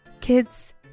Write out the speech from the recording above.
Kids